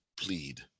plead